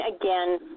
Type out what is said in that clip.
again